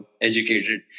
educated